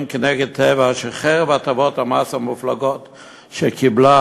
נגד "טבע" שחרף הטבות המס המופלגות שקיבלה,